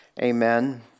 Amen